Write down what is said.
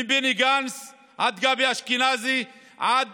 מבני גנץ עד גבי אשכנזי ועד